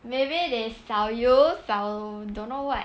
maybe they 少油少 don't know what